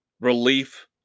relief